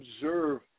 observe